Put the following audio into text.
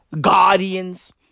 guardians